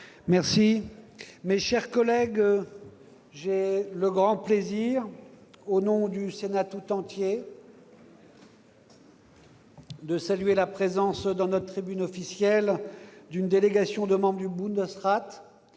Mes chers collègues, j'ai le grand plaisir, au nom du Sénat tout entier, de saluer la présence, dans notre tribune officielle, d'une délégation de membres du Bundesrat